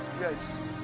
Yes